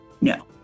No